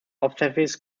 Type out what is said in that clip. obsessive